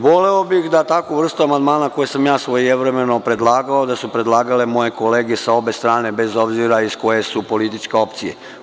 Voleo bih da takvom vrstom amandmana koje sam ja svojevremeno predlagao, da su predlagale moje kolege sa obe strane, bez obzira iz koje su političke opcije.